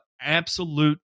absolute